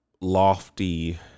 lofty